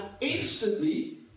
instantly